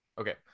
Okay